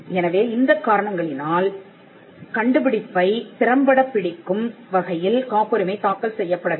எனவே இந்த காரணங்களினால் கண்டுபிடிப்பைத் திறம்படப் பிடிக்கும் வகையில் காப்புரிமை தாக்கல் செய்யப்பட வேண்டும்